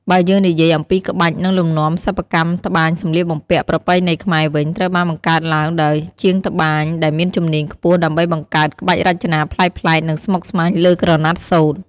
បើយើងនិយាយអំពីក្បាច់ និងលំនាំសិប្បកម្មត្បាញសម្លៀកបំពាក់ប្រពៃណីខ្មែរវិញ ត្រូវបានបង្កើតឡើងដោយជាងត្បាញដែលមានជំនាញខ្ពស់ដើម្បីបង្កើតក្បាច់រចនាប្លែកៗ និងស្មុគស្មាញលើក្រណាត់សូត្រ។